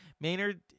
Maynard